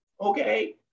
okay